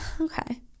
okay